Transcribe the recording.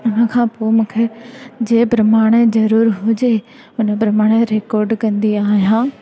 हुन खां पोइ मूंखे जे प्रमाणे ज़रूरु हुजे हुन प्रमाणे रिकॉड कंदी आहियां